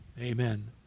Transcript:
Amen